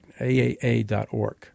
aaa.org